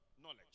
knowledge